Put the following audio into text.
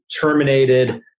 terminated